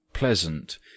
pleasant